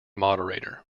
moderator